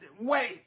Wait